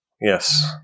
Yes